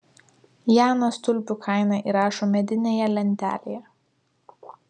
janas tulpių kainą įrašo medinėje lentelėje